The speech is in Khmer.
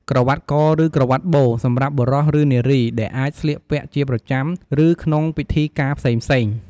ក្រវាត់ក ឬក្រវាត់បូ សម្រាប់បុរស ឬនារី ដែលអាចស្លៀកពាក់ជាប្រចាំ ឬក្នុងពិធីការផ្សេងៗ។